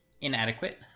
inadequate